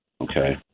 okay